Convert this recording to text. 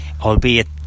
albeit